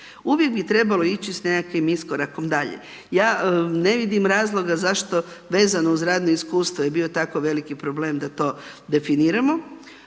Uvijek bi trebalo ići sa nekakvim iskorakom dalje. Ja ne vidim razloga zašto vezano uz radno iskustvo je bio tako veliki problem da to definiramo.